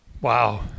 Wow